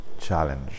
challenge